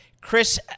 Chris